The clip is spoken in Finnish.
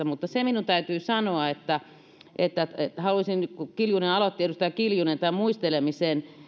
mutta se minun täytyy sanoa että kun edustaja kiljunen aloitti tämän muistelemisen